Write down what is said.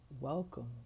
welcome